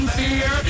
fear